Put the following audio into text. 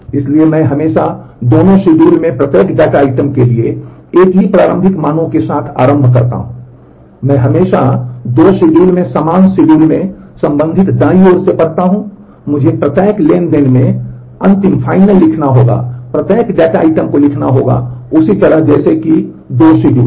इसलिए मैं हमेशा दोनों शेड्यूल में प्रत्येक डेटा आइटम के लिए एक ही प्रारंभिक मानों के साथ आरंभ करता हूं मैं हमेशा 2 शेड्यूल में समान शेड्यूल में संबंधित दाईं ओर से पढ़ता हूं और मुझे प्रत्येक ट्रांज़ैक्शन में अंतिम में